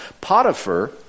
potiphar